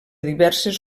diverses